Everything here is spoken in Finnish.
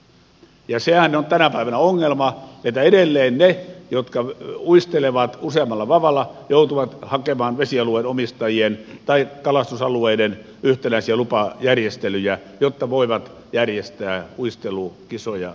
ja sehän on tänä päivänä ongelma että edelleen ne jotka uistelevat useammalla vavalla joutuvat hakemaan vesialueiden omistajien tai kalastusalueiden yhtenäisiä lupajärjestelyjä jotta voivat järjestää uistelukisoja ynnä muita